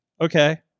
Okay